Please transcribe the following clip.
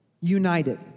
united